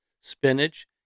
spinach